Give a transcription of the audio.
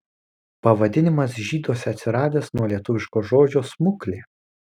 pavadinimas žyduose atsiradęs nuo lietuviško žodžio smuklė